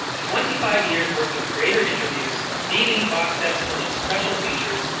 twenty five years worth of creator interviews, dvd box sets full of special features,